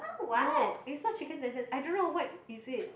no is not chicken tender I don't know what is it